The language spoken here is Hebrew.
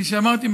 כפי שאמרתי,